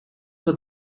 for